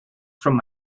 from